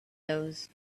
those